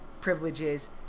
privileges